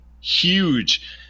huge